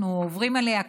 אנחנו עוברים עליה ככה,